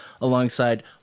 alongside